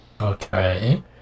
okay